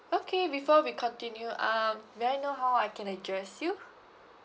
okay before we continue um may I know how I can address you